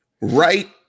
Right